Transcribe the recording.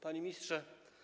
Panie Ministrze!